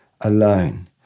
alone